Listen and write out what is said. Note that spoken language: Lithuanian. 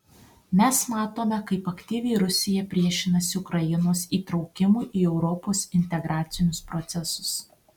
mes matome kaip aktyviai rusija priešinasi ukrainos įtraukimui į europos integracinius procesus